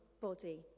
body